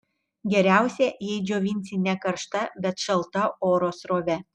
geriausia jei džiovinsi ne karšta bet šalta oro srove